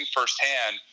firsthand